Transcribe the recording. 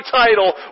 title